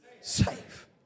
safe